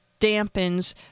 dampens